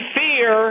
fear